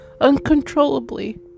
uncontrollably